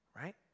right